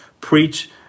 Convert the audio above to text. preach